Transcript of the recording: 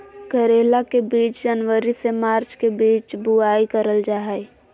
करेला के बीज जनवरी से मार्च के बीच बुआई करल जा हय